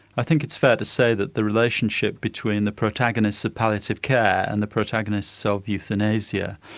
i think it's fair to say that the relationship between the protagonists of palliative care and the protagonists so of euthanasia,